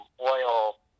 oil